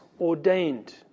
ordained